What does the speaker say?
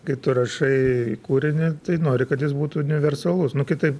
kai tu rašai kūrinį tai nori kad jis būtų universalus nu kitaip